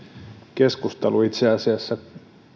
keskustelu itse asiassa